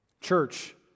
Church